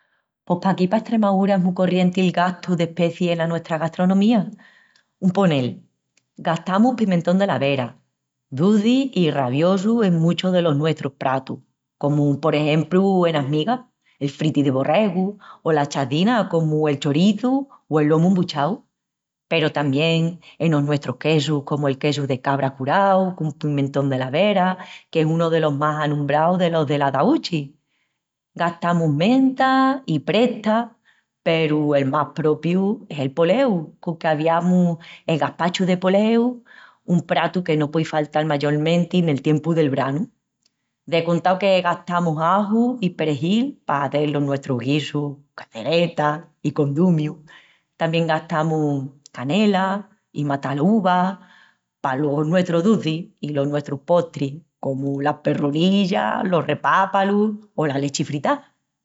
Pos paquí pa Estremaúra es mu corrienti el gastu d'especiis ena nuestra gastronomía. Un ponel, gastamus pimientón dela Vera, duci i raviosu en muchus delos nuestrus pratus, comu por exempru enas migas, el friti de borregu, o las chacinas comu el choriçu o el lomu embuchau. Peru tamién enos nuestrus quesus comu el quesu de cabra curau con pimientón dela Vera, que es unu delos más anombraus delos del'Azaúchi. Gastamus menta i presta peru el más propiu es el poleu, col que aviamus el gaspachu de poleu, un pratu que no puei faltal mayolmenti nel tiempu del branu. De contau que gastamus aju i perejil pa hazel los nuestrus guisus, calderetas i condumius. Tamién gastamus canela i matalaúva palos nuestrus ducis i los nuestrus postris comu las perrunillas, los repápalus o la lechi fritá.